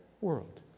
world